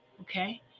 Okay